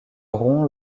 rond